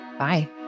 Bye